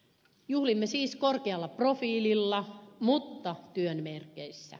juhlimme siis korkealla profiililla mutta työn merkeissä